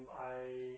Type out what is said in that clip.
I